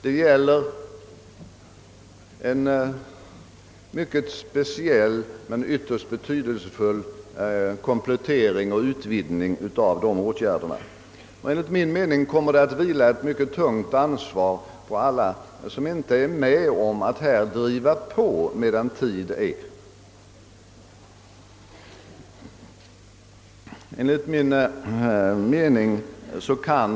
Det gäller en mycket speciell men ytterst betydelsefull utvidgning och komplettering av de nämnda åtgärderna. Det kommer, anser jag, att vila ett mycket tungt ansvar på alla som inte är med om att här driva på medan tid är.